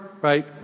right